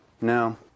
No